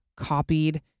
copied